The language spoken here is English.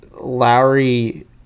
Lowry